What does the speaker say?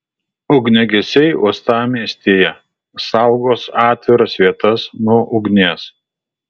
ugniagesiai uostamiestyje saugos atviras vietas nuo ugnies